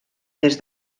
des